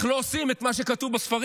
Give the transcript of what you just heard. אך לא עושים את מה שכתוב בספרים.